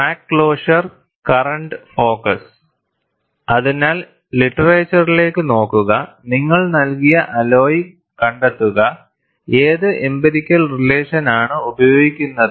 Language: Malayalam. ക്രാക്ക് ക്ലോഷർ കറന്റ് ഫോക്കസ് അതിനാൽ ലിറ്ററേച്ചറിലേക്ക് നോക്കുക നിങ്ങൾ നൽകിയ അലോയ് കണ്ടെത്തുകഏത് എംപിരിക്കൽ റിലേഷൻ ആണ് ഉപയോഗിക്കുന്നത്